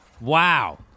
Wow